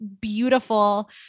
beautiful